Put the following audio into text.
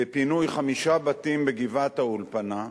בפינוי חמישה בתים בגבעת-האולפנה,